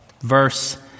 Verse